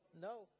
No